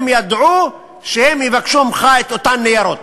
הם ידעו שהם יבקשו ממך את אותם ניירות.